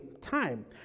time